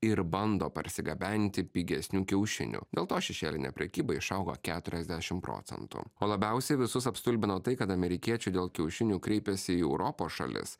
ir bando parsigabenti pigesnių kiaušinių dėl to šešėlinė prekyba išaugo keturiasdešimt procentų o labiausiai visus apstulbino tai kad amerikiečiai dėl kiaušinių kreipėsi į europos šalis